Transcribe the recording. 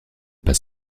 pas